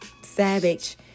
savage